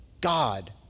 God